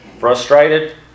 frustrated